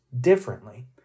differently